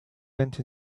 went